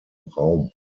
raum